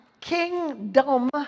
kingdom